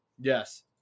yes